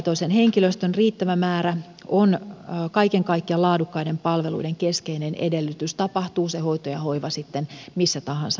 ammattitaitoisen henkilöstön riittävä määrä on kaiken kaikkiaan laadukkaiden palveluiden keskeinen edellytys tapahtuu se hoito ja hoiva sitten missä tahansa paikassa